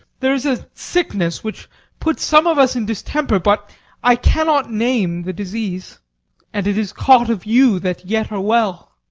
there is a sickness which puts some of us in distemper but i cannot name the disease and it is caught of you that yet are well.